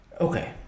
okay